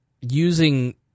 using